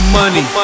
money